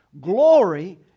glory